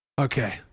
Okay